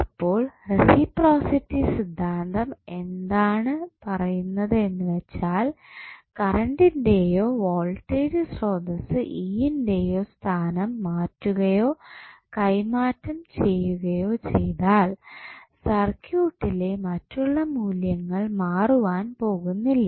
അപ്പോൾ റസിപ്രോസിറ്റി സിദ്ധാന്തം എന്താണ് പറയുന്നത് എന്ന് വെച്ചാൽ കറണ്ടിന്റെയോ വോൾട്ടേജ് സ്രോതസ്സ് E ന്റെയോ സ്ഥാനം മാറ്റുകയോ കൈമാറ്റം ചെയ്യുകയോ ചെയ്താൽ സർക്യൂട്ടിലെ മറ്റുള്ള മൂല്യങ്ങൾ മാറുവാൻ പോകുന്നില്ല